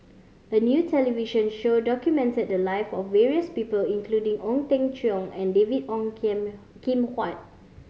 a new television show documented the live of various people including Ong Teng Cheong and David Ong Kam Kim Huat